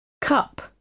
Cup